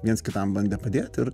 viens kitam bandė padėt ir